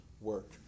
work